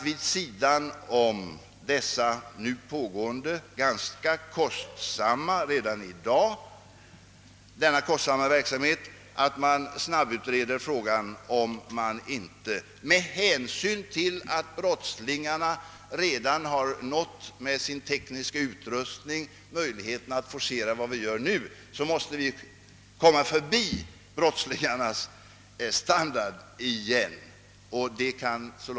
Vid sidan om de kostsamma åtgärder som redan förberetts eller vidtagits, skall man också snabbutreda frågan, om det inte med hänsyn till att brottslingarna redan med sin tekniska utrustning har möjlighet att forcera de anordningar som finns är nödvändigt att föra utvecklingen vidare och så att säga komma förbi brottslingarnas standard.